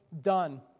done